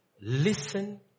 Listen